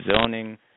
zoning